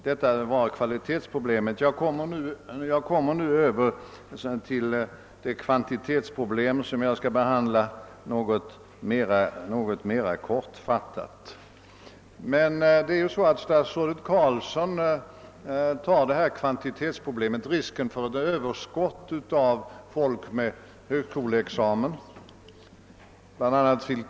Detta var kvalitetsproblemet. Jag kommer nu över till kvantitetsproblemet, som jag skall behandla något mer kortfattat. Statsrådet Carlsson tar kvantitetsproblemet — risken för ett överskott på folk med högskoleexamen, bl.a. fil.